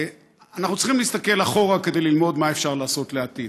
אנחנו צריכים להסתכל אחורה כדי ללמוד מה אפשר לעשות לעתיד.